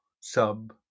sub